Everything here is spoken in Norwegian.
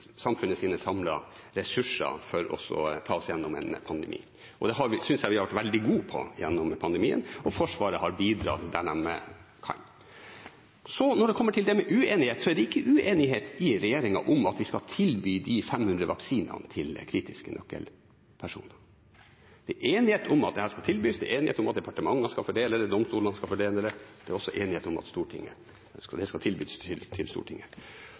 ressurser til å ta oss gjennom en pandemi. Det synes jeg vi har vært veldig gode på gjennom pandemien, og Forsvaret har bidratt der de kan. Når det gjelder det med uenighet, er det ikke uenighet i regjeringen om at vi skal tilby de 500 vaksinene til kritiske nøkkelpersoner. Det er enighet om at dette skal tilbys. Det er enighet om at departementer skal fordele det, og at domstolene skal fordele det. Det er også enighet om at det skal tilbys til Stortinget. At det da er to–tre statsråder i regjeringen som har sagt nei til